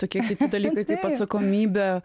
tokie kiti dalykai kaip atsakomybė